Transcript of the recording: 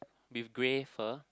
with grey fur